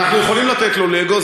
אנחנו יכולים לתת לו לגו,